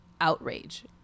outrage